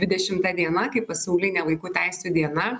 dvidešimta diena kaip pasaulinė vaikų teisių diena